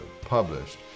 published